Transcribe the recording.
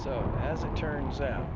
so as it turns out